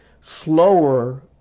slower